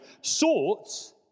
sought